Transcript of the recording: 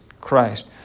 Christ